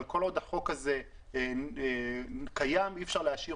אבל כל עוד החוק הזה קיים אי אפשר להשאיר